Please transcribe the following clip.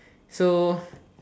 so